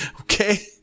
Okay